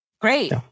Great